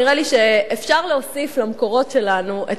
נראה לי שאפשר להוסיף למקורות שלנו את